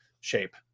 shape